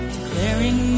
Declaring